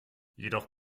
jedoch